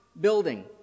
building